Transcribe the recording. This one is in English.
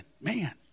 man